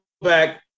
back